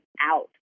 out